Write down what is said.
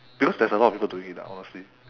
because there's a lot of people doing it lah honestly